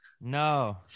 No